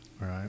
Right